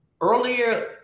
earlier